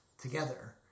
together